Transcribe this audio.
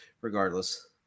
regardless